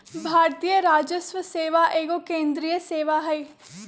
भारतीय राजस्व सेवा एगो केंद्रीय सेवा हइ